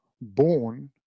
born